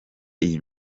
iyi